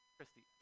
Christy